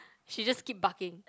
she just keep barking